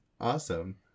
Awesome